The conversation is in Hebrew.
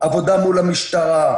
עבודה מול המשטרה,